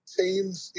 teams